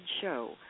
show